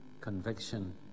conviction